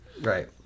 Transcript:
Right